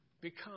Become